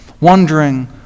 wondering